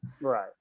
Right